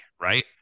Right